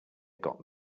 got